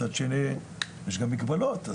מצד שני יש גם מגבלות.